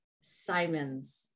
Simons